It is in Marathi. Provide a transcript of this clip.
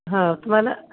ह तुम्हाला